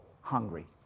hungry